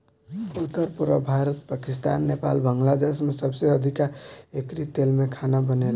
उत्तर, पुरब भारत, पाकिस्तान, नेपाल, बांग्लादेश में सबसे अधिका एकरी तेल में खाना बनेला